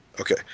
Okay